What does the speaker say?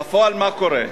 בפועל מה קורה?